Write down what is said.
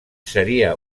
seria